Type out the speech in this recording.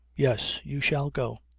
yes. you shall go.